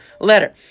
letter